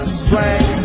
strength